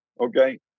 Okay